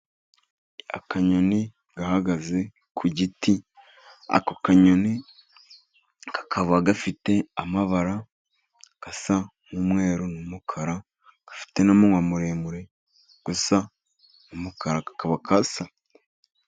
Akanyoni gahagaze ku giti, ako kanyoni kakaba gafite amabara asa n'umweru, n'umukara, gafite n'umunwa muremure, gasa n'umukara kakaba kasamye.